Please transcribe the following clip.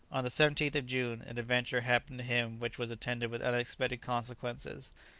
on the seventeenth of june an adventure happened to him which was attended with unexpected consequences.